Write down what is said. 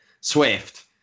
Swift